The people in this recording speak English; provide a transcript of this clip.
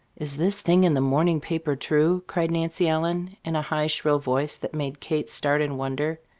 is this thing in the morning paper true? cried nancy ellen in a high, shrill voice that made kate start in wonder.